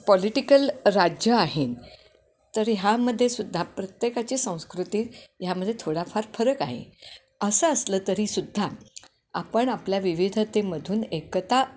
political राज्य आहे तर ह्यामध्येेसुद्धा प्रत्येकाची संस्कृती ह्यामध्येे थोडाफार फरक आहे असं असलं तरीसुद्धा आपण आपल्या विविधतेमधून एकता